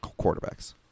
quarterbacks